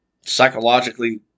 psychologically